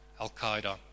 Al-Qaeda